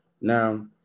Now